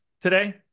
today